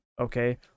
Okay